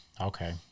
Okay